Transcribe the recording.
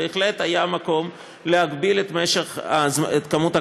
בהחלט היה מקום להגביל את מספר הקדנציות,